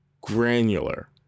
granular